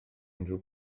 unrhyw